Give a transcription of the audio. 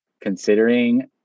considering